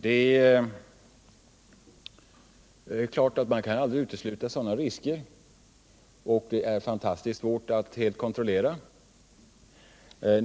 Självfallet kan vi aldrig utesluta sådana risker, och det är fantastiskt svårt att helt kontrollera sådan trafik.